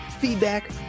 feedback